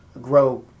grow